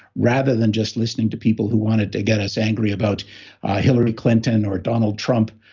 rather than just listening to people who wanted to get us angry about hillary clinton or donald trump,